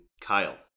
Kyle